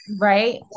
Right